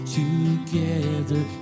together